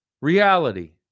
reality